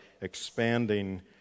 expanding